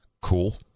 cool